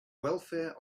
welfare